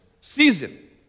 season